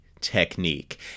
technique